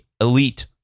elite